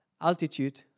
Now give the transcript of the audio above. altitude